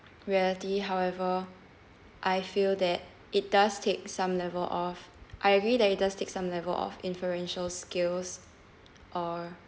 reality however I feel that it does take some level of I agree that it does take some level of inferential skills or